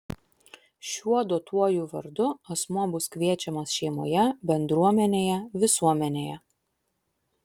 šiuo duotuoju vardu asmuo bus kviečiamas šeimoje bendruomenėje visuomenėje